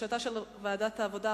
לבקשתה של ועדת העבודה,